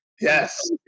Yes